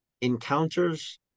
encounters